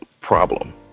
problem